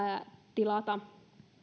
tilata